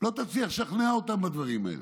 לא תצליח לשכנע אותם בהם,